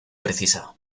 precisa